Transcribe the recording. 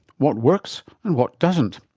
what works and what doesn't.